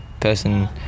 person